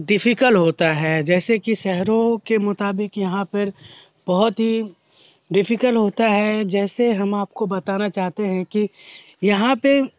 difficult ہوتا ہے جیسے کہ شہروں کے مطابق یہاں پر بہت ہی ڈفیکل ہوتا ہے جیسے ہم آپ کو بتانا چاہتے ہیں کہ یہاں پہ